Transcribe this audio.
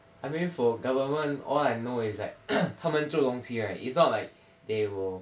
I mean for government all I know is that 他们做东西 right it's not like they will